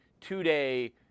two-day